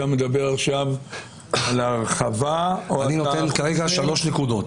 אתה מדבר עכשיו על ההרחבה או שאתה --- אני נותן כרגע שלוש נקודות.